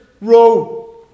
row